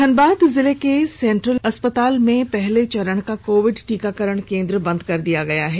धनबाद जिले के सेंट्रल अस्पताल में पहले चरण का कोविड टीकाकरण केंद्र बंद कर दिया गया है